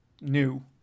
new